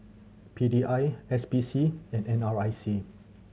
P D I S P C and N R I C